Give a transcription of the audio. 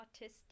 autistic